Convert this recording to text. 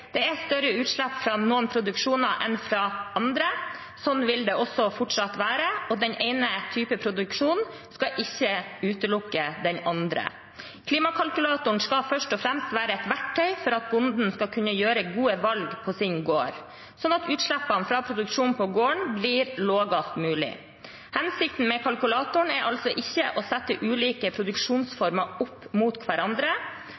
det er større utslipp fra noen produksjoner enn fra andre. Sånn vil det også fortsatt være, og den ene typen produksjon skal ikke utelukke den andre. Klimakalkulatoren skal først og fremst være et verktøy for at bonden skal kunne gjøre gode valg på sin gård, sånn at utslippene fra produksjonen på gården blir lavest mulig. Hensikten med kalkulatoren er altså ikke å sette ulike produksjonsformer opp mot hverandre.